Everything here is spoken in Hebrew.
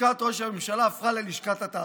לשכת ראש הממשלה הפכה ללשכת התעסוקה.